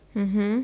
mmhmm